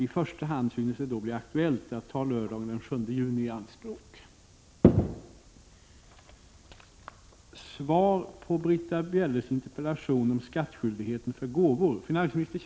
I första hand synes det då bli aktuellt att ta lördagen den 7 juni i anspråk.